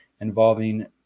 involving